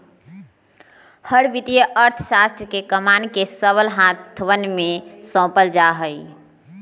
हर वित्तीय अर्थशास्त्र के कमान के सबल हाथवन में सौंपल जा हई